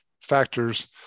factors